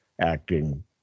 acting